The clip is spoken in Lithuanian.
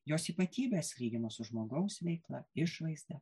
jos ypatybes lygino su žmogaus veikla išvaizda